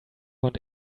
want